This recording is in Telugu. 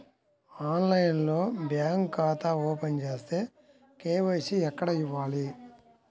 ఆన్లైన్లో బ్యాంకు ఖాతా ఓపెన్ చేస్తే, కే.వై.సి ఎక్కడ ఇవ్వాలి?